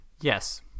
Yes